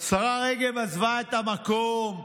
השרה רגב עזבה את המקום.